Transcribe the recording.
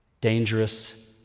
Dangerous